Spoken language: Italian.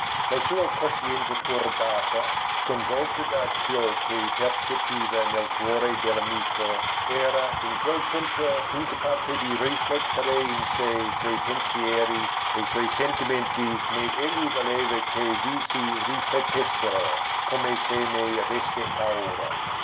la sua coscienza turbata sconvolta da ciò che percepiva nel cuore dell'amico era in quel punto incapace di riflettere in sé quei pensieri e quei sentimenti né egli voleva che vi si riflettessero come se ne avesse paura